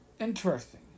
interesting